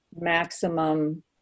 maximum